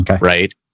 right